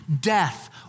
death